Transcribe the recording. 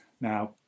Now